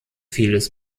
vieles